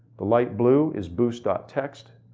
the light blue is boost ah text.